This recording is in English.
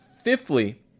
fifthly